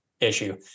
issue